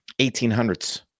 1800s